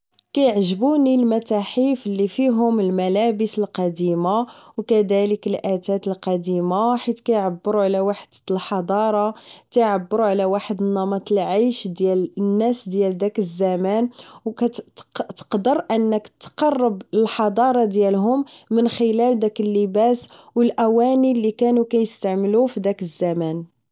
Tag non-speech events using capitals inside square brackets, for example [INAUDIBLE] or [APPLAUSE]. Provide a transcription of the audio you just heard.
كيعجبوني المتاحف اللي فيهم الملابس القديمة و كذالك الاتات القديمة حيت كيعبرو على واحد الحضارة كيعبرو على واحد نمط العيش ديال الناس ديال داك الزمان و [HESITATION] كتقدر انك تقرب للحضارة ديالهم ن خلال داك اللباس و الاواني اللي مانو كيستعملو فداك الزمان